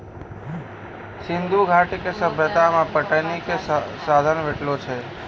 सिंधु घाटी के सभ्यता मे पटौनी के साधन भेटलो छै